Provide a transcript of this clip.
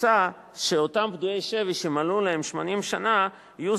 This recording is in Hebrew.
הוצע שאותם פדויי שבי שמלאו להם 80 שנה יהיו